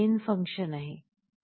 हे आपले main function आहे